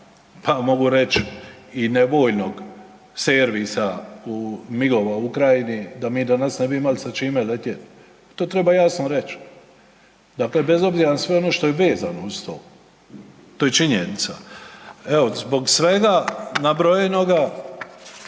pa mogu reći i nevoljnog servisa MIG-ova u Ukrajini da mi danas ne bi imali sa čime letjeti, to treba jasno reć, dakle bez obzira na sve ono što je vezano uz to, to je činjenica. Evo zbog svega nabrojenoga,